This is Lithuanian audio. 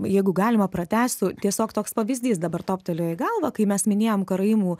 jeigu galima pratęsiu tiesiog toks pavyzdys dabar toptelėjo į galvą kai mes minėjom karaimų